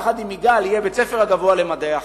יחד עם יגאל יהיה בית-הספר הגבוה למדעי החיים.